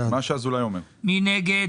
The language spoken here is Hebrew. מי נגד?